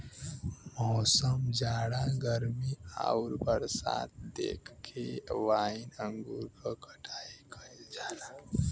मौसम, जाड़ा गर्मी आउर बरसात देख के वाइन अंगूर क कटाई कइल जाला